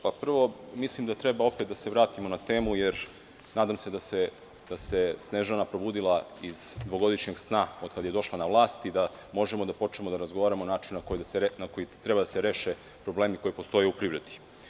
Prvo, mislim da treba opet da se vratimo na temu, jer nadam se, da se Snežana probudila iz dvogodišnjeg sna, od kada je došla na vlast i da možemo da počnemo da razgovaramo na način na koji treba da se reše problemi koji postoje u privredi.